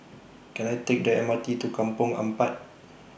Can I Take The M R T to Kampong Ampat